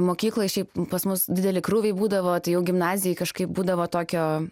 mokykloj šiaip pas mus dideli krūviai būdavo tai jau gimnazijoj kažkaip būdavo tokio